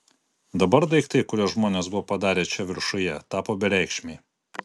dabar daiktai kuriuos žmonės buvo padarę čia viršuje tapo bereikšmiai